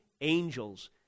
angels